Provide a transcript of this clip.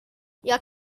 jag